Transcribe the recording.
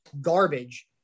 garbage